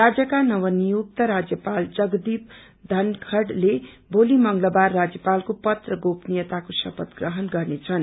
राज्यका नवनियुक्त राज्यपाल जगदीश धनखडले भोली मंगलवार राज्यपालको पद र गोपनीयताको शपाि ग्रहण गर्नेछन्